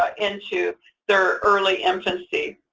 ah into their early infancy.